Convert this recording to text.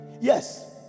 Yes